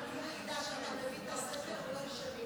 אני היחידה שכשאתה מביא את הספר לא ישנה פה.